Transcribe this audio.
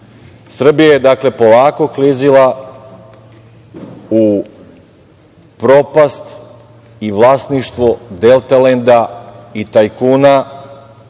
je, dakle, polako klizila u propast i vlasništvo „Deltalenda“ i tajkuna